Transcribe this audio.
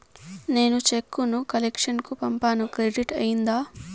నేను చెక్కు ను కలెక్షన్ కు పంపాను క్రెడిట్ అయ్యిందా